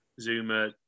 Zuma